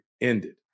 ended